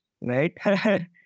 right